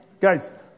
Guys